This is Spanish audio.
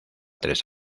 tres